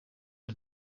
ubu